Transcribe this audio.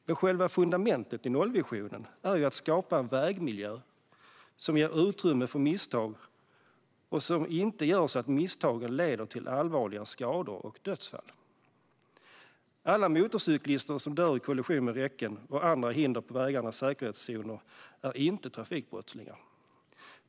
Men själva fundamentet i nollvisionen är ju att skapa en vägmiljö som ger utrymme för misstag och som inte gör att misstagen leder till allvarliga skador och dödsfall. Alla motorcyklister som dör i kollision med räcken och andra hinder på vägarnas säkerhetszoner är inte trafikbrottslingar.